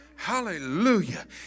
Hallelujah